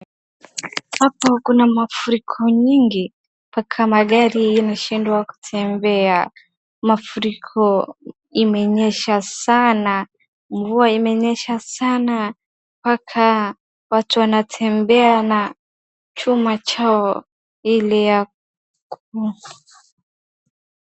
Hapa kuna mafuriko nyingi, mpaka magari inashindwa kutembea, mafuriko imenyesha sana, mvua imenyesha sana, mpaka watu wanatebea na chuma chao ili ya kupita.